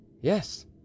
yes